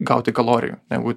gauti kalorijų negu